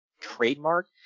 trademark